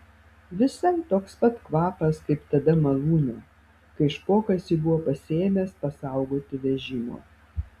visai toks pat kvapas kaip tada malūne kai špokas jį buvo pasiėmęs pasaugoti vežimo